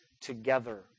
together